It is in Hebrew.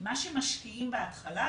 מה שמשקיעים בהתחלה,